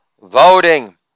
voting